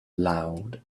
loud